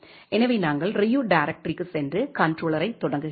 எனவே நாங்கள் ரியூ டைரெக்டரிக்குச் சென்று கண்ட்ரோலரைத் தொடங்குகிறோம்